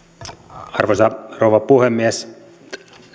arvoisa rouva puhemies